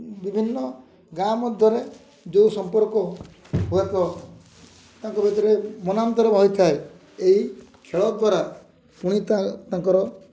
ବିଭିନ୍ନ ଗାଁ ମଧ୍ୟରେ ଯେଉଁ ସମ୍ପର୍କ ହୁଏତ ତାଙ୍କ ଭିତରେ ମନାନ୍ତର ବହେଥାଏ ଏଇ ଖେଳ ଦ୍ୱାରା ପୁଣି ତାଙ୍କର